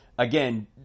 Again